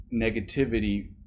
negativity